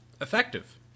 Effective